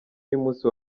y’umunsi